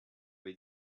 avez